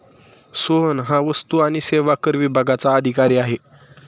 सोहन हा वस्तू आणि सेवा कर विभागाचा अधिकारी आहे